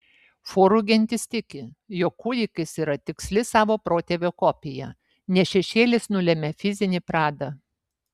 forų gentis tiki jog kūdikis yra tiksli savo protėvio kopija nes šešėlis nulemia fizinį pradą